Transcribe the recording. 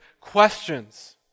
questions